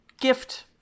gift